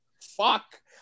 Fuck